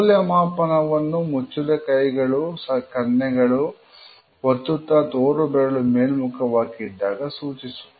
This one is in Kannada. ಮೌಲ್ಯಮಾಪನವನ್ನು ಮುಚ್ಚಿದ ಕೈಗಳು ಕೆನ್ನೆಗಳನ್ನು ಒತ್ತುತ್ತಾ ತೋರುಬೆರಳು ಮೇಲ್ಮುಖವಾಗಿ ಇದ್ದಾಗ ಸೂಚಿಸುತ್ತದೆ